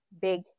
big